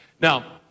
Now